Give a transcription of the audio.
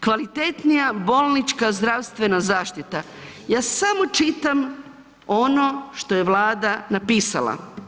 Kvalitetnija bolnička zdravstvena zaštita, ja samo čitam ono što je Vlada napisala.